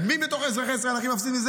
מי בתוך אזרחי ישראל הכי מפסיד מזה?